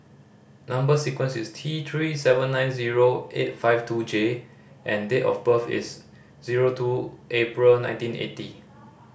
number sequence is T Three seven nine zero eight five two J and date of birth is zero two April nineteen eighty